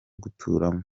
guturamo